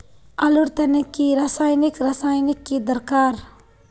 आलूर तने की रासायनिक रासायनिक की दरकार?